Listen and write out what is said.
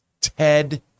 Ted